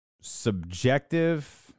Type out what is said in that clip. subjective